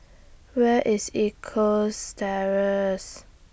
Where IS East Coast Terrace